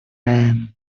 man